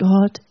God